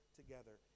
together